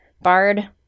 Bard